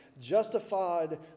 justified